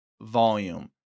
volume